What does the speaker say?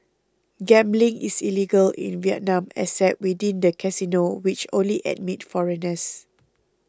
gambling is illegal in Vietnam except within the casinos which only admit foreigners